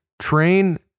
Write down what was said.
train